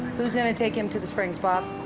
whose going to take him to the springs, bob?